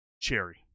Cherry